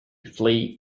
flee